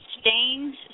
stains